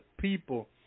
people